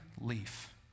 leaf